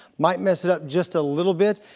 might mess it up just a little bit.